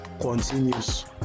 continues